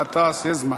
גטאס, יש זמן.